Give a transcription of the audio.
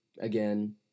Again